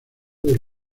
del